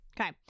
Okay